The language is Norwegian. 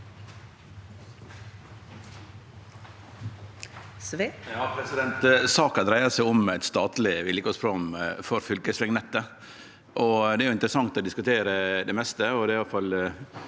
Saka dreiar seg om eit statleg vedlikehaldsprogram for fylkesvegnettet. Det er interessant å diskutere det meste,